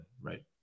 right